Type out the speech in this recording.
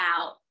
out